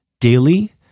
daily